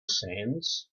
sands